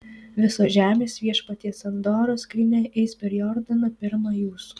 visos žemės viešpaties sandoros skrynia eis per jordaną pirma jūsų